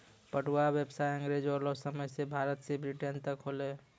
पटुआ व्यसाय अँग्रेजो रो समय से भारत से ब्रिटेन तक होलै